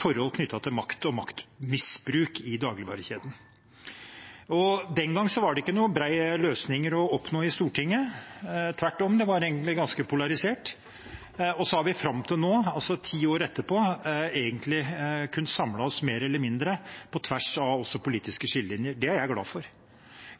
forhold knyttet til makt og maktmisbruk i dagligvarekjeden. Den gang var det ingen brede løsninger å oppnå i Stortinget. Det var tvert om egentlig ganske polarisert. Så har vi fram til nå, ti år etterpå, kunnet samle oss mer eller mindre på tvers av politiske skillelinjer. Det er jeg glad for,